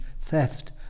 theft